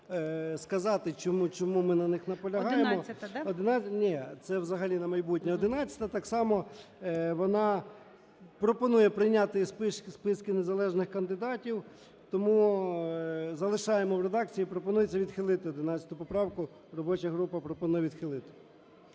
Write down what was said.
сказати, чому, чому ми на них наполягаємо. ГОЛОВУЮЧИЙ. 11-а, да? ЧЕРНЕНКО О.М. Ні. Це взагалі на майбутнє. 11-а так само, вона пропонує прийняти списки незалежних кандидатів, тому залишаємо в редакції. Пропонується відхилити 11 поправку. Робоча група пропонує відхилити.